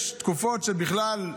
יש תקופות שבכלל,